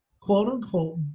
quote-unquote